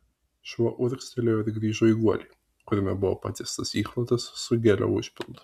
šuo urgztelėjo ir grįžo į guolį kuriame buvo patiestas įklotas su gelio užpildu